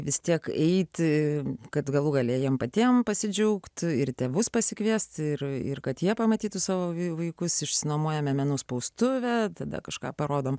vis tiek eiti kad galų gale jiem patiem pasidžiaugti ir tėvus pasikviest ir kad jie pamatytų savo vaikus išsinuomojome menų spaustuvę tada kažką parodom